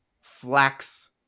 flax